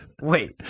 Wait